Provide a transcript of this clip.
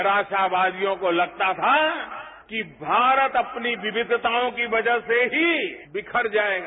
निराशावादियों को लगता था कि भारत अपनी विविताओं के वजह से ही बिखर जाएगा